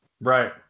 right